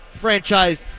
franchised